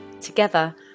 Together